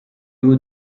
hauts